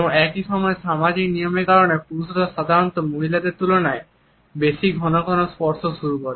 এবং একই সময়ে সামাজিক নিয়মের কারণে পুরুষরা সাধারণত মহিলাদের তুলনায় বেশি ঘন ঘন স্পর্শ শুরু করে